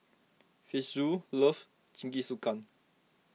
Fitzhugh loves Jingisukan